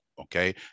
okay